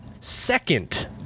second